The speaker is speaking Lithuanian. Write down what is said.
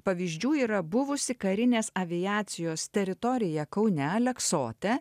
pavyzdžių yra buvusi karinės aviacijos teritorija kaune aleksote